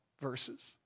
verses